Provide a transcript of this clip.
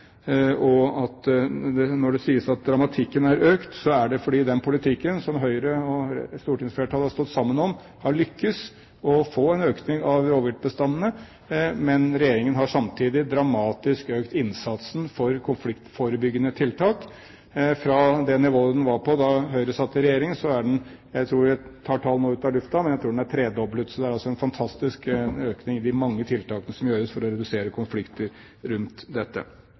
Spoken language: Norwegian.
Når det sies at dramatikken har økt, er det fordi vi gjennom den politikken som Høyre og stortingsflertallet har stått sammen om, har lyktes med å få en økning av rovviltbestandene. Regjeringen har samtidig økt innsatsen for konfliktforebyggende tiltak dramatisk. Fra det nivået den var på da Høyre satt i regjering – jeg tar et tall nå ut av luften – tror jeg det er tredoblet. Det er altså en fantastisk økning av de mange tiltakene som gjøres for å redusere konfliktene rundt dette.